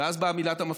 ואז באה מילת המפתח.